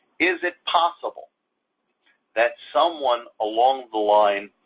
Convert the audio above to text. is it possible that someone along the line,